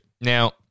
Now